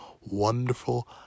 wonderful